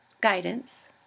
guidance